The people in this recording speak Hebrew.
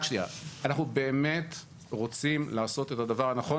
אנחנו באמת רוצים לעשות את הדבר הנכון.